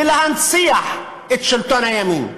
ולהנציח את שלטון הימין.